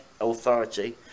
authority